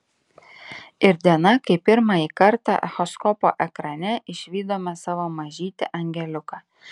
ir diena kai pirmąjį kartą echoskopo ekrane išvydome savo mažytį angeliuką